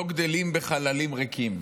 לא גדלים בחללים ריקים.